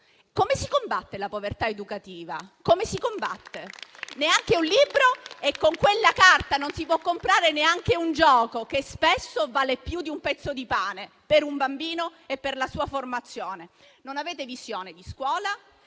Come si combatte la povertà educativa? Neanche un libro possono comprare e con quella carta non si può comprare neanche un gioco, che spesso vale più di un pezzo di pane per un bambino e la sua formazione. Non avete visione di scuola